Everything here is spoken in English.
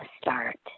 start